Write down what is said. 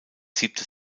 siebte